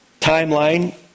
timeline